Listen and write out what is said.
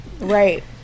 Right